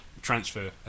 Transfer